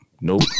nope